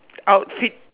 outfit